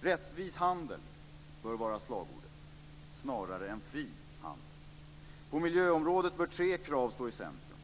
Rättvis handel bör vara slagordet, snarare än fri handel. På miljöområdet bör tre krav stå i centrum.